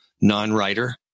non-writer